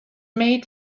made